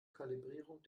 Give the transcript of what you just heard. kalibrierung